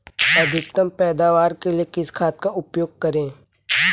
अधिकतम पैदावार के लिए किस खाद का उपयोग करें?